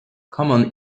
common